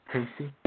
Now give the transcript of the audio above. Casey